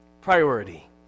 Priority